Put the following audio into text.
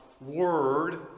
word